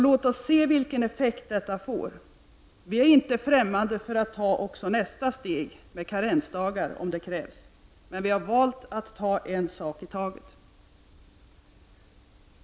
Låt oss se vilken effekt detta får. Vi är inte främmande för att ta också nästa steg, karensdagar, om det krävs. Men vi har valt att ta en sak i taget.